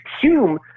Hume